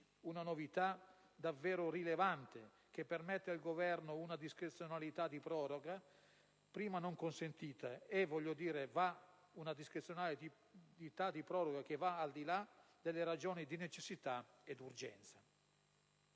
una novità davvero rilevante, che permette al Governo una discrezionalità di proroga prima non consentita, che va al di là delle ragioni di necessità e urgenza.